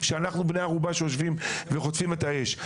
שאנחנו בני ערובה שיושבים וחוטפים את האש?